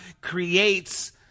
creates